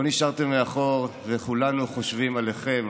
לא נשארתם מאחור, וכולנו חושבים עליכם.